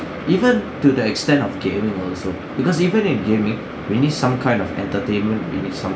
even to the extent of gaming also because even in gaming we need some kind of entertainment in itself